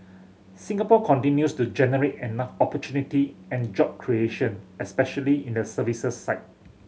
Singapore continues to generate enough opportunity and job creation especially in the services side